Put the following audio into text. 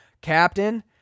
Captain